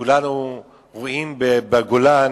כולנו רואים בגולן